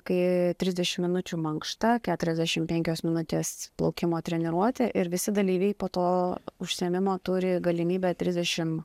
kai trisdešim minučių mankšta keturiasdešim penkios minutes plaukimo treniruotė ir visi dalyviai po to užsiėmimo turi galimybę trisdešim